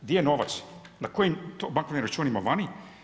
Gdje je novac, na kojim to bankovnim računima vani?